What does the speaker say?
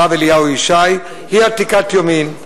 הרב אליהו ישי, היא עתיקת יומין: